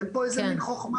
אין פה איזו מין חוכמה.